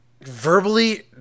Verbally